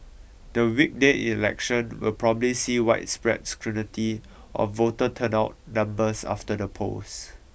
the weekday election will probably see widespread scrutiny of voter turnout numbers after the polls